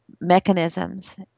mechanisms